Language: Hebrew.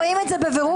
רואים את זה בבירור,